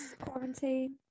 quarantine